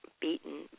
Beaten